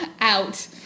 Out